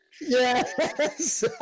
Yes